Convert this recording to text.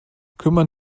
kümmern